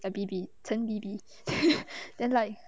ya bee bee 陈 bee bee then like